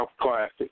classic